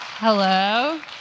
Hello